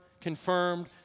confirmed